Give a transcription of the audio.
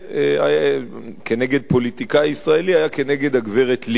נגד פוליטיקאי ישראלי היה נגד הגברת לבני.